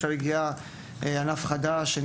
עכשיו הגיע ענף חדש, של